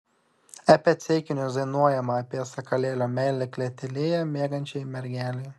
apie ceikinius dainuojama apie sakalėlio meilę klėtelėje miegančiai mergelei